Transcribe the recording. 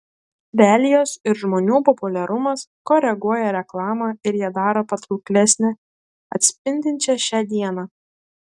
realijos ir žmonių populiarumas koreguoja reklamą ir ją daro patrauklesnę atspindinčią šią dieną